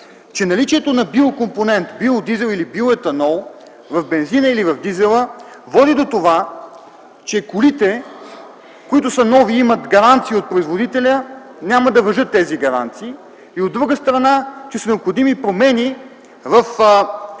че наличието на биокомпонент – биоизел или биоетанол, в бензина или в дизела води до това, че за колите, които са нови и имат гаранция от производителя, няма да важат тези гаранции, и от друга страна, че са необходими промени в някои